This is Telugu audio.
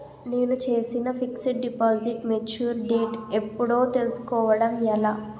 నేను చేసిన ఫిక్సడ్ డిపాజిట్ మెచ్యూర్ డేట్ ఎప్పుడో తెల్సుకోవడం ఎలా?